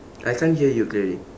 I can't hear you clearly